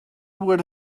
would